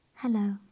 Hello